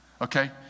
okay